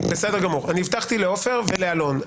בסדר גמור, הבטחתי לעופר ולאלון.